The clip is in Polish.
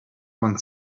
pan